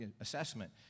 assessment